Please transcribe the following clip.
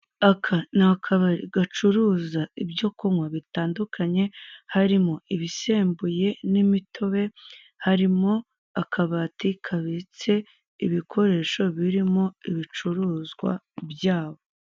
Aka ni akabari gacuruza ibyo kunkwa bitandukanye harimo ibisembuye n'imitobe harimo akabati kabitse ibikoresho birimo ibicuruzwa byabo.